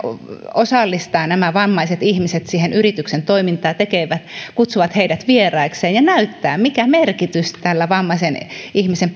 osallistaa nämä vammaiset ihmiset siihen yrityksen toimintaan kutsuu heidät vieraikseen ja näyttää mikä merkitys tällä vammaisen ihmisen